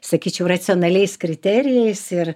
sakyčiau racionaliais kriterijais ir